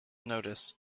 notice